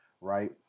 right